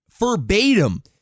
verbatim